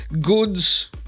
goods